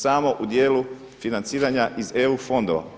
Samo u dijelu financiranja iz EU fondova.